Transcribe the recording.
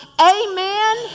amen